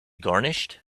garnished